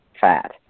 fat